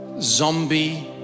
zombie